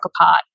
apart